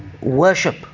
worship